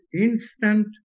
instant